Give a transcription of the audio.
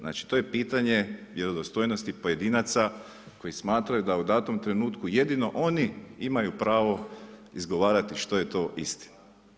Znači to je pitanje vjerodostojnosti pojedinaca, koji smatraju da u datom trenutku jedino oni imaju pravo izgovarati što je to istina.